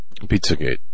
Pizzagate